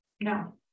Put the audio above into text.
No